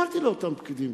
אמרתי לאותם פקידים: